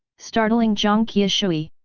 startling jiang qiushui.